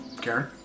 Karen